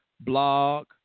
Blog